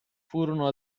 furono